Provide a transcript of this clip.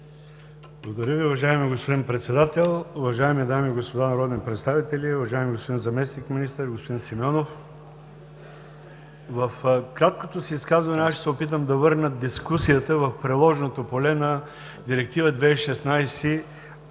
Благодаря Ви, уважаеми господин Председател. Уважаеми дами и господа народни представители, уважаеми господин Заместник-министър, господин Симеонов! В краткото си изказване ще се опитам да върна дискусията в приложното поле на Директива 2016/801